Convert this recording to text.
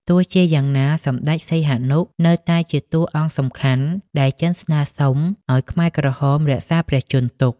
ទោះជាយ៉ាងណា សម្តេចសីហនុនៅតែជាតួអង្គសំខាន់ដែលចិនស្នើសុំឱ្យខ្មែរក្រហមរក្សាព្រះជន្មទុក។